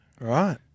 Right